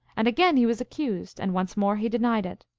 and again he was accused, and once more he denied it.